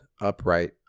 Upright